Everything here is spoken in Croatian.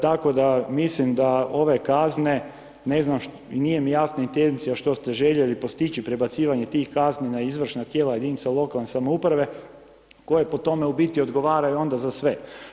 Tako da, mislim da ove kazne, ne znam, nije mi jasna intencija što ste željeli postići prebacivanjem tih kazni na izvršna tijela jedinica lokalne samouprave, koje po tome u biti onda odgovaraju za sve.